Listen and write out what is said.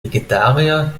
vegetarier